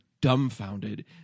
dumbfounded